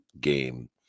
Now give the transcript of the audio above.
game